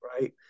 right